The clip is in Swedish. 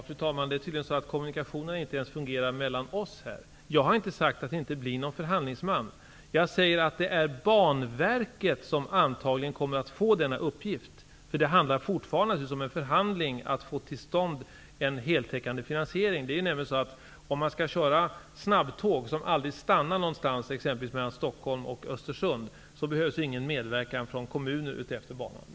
Fru talman! Kommunikationerna fungerar tydligen inte ens mellan oss här. Jag har inte sagt att det inte blir någon förhandlingsman, utan jag säger att det är Banverket som antagligen kommer att få denna uppgift. Det handlar naturligtvis fortfarande om en förhandling, om att få till stånd en heltäckande finansiering. Östersund, behövs det inte någon medverkan från kommuner utefter banan.